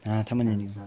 !hanna! 他们的